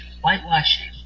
whitewashing